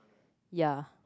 ya